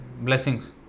blessings